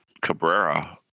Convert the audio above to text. Cabrera